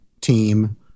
team